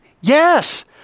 Yes